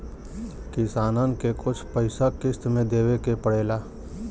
किसानन के कुछ पइसा किश्त मे देवे के पड़ेला